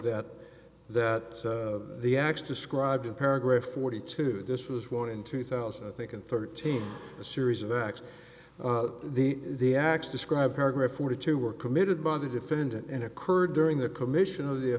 that that the acts described in paragraph forty two this was one in two thousand i think and thirteen a series of acts the the acts described paragraph or two were committed by the defendant and occurred during the commission of the